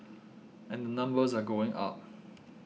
and the numbers are going up